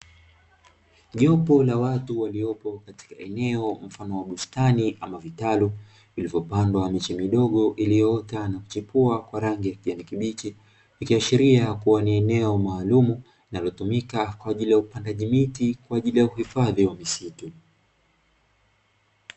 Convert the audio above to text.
Jopo la watu waliopo katika eneo la bustani ama vitalu vilivyopandwa miche midogo iliyoota na kuchepua kwa rangi ya kijani kibichi, ikiashiria kuwa ni eneo maalumu linalotumika kwa ajili ya upandaji miti kwa ajili ya uhifadhi wa misitu.